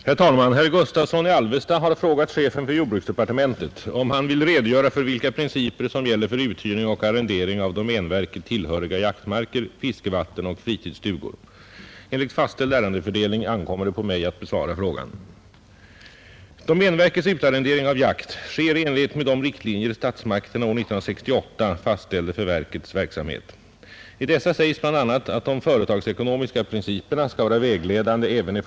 Herr talman! Herr Gustavsson i Alvesta har frågat chefen för jordbruksdepartementet om han vill redogöra för vilka principer som gäller för uthyrning och arrendering av domänverket tillhöriga jaktmarker, fiskevatten och fritidsstugor. Enligt fastställd ärendesfördelning ankommer det på mig att besvara frågan. Domänverkets utarrendering av jakt sker i enlighet med de riktlinjer statsmakterna år 1968 fastställde för verkets verksamhet. I dessa sägs bl.a. att de företagsekonomiska principerna skall vara vägledande även i .